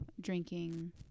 drinking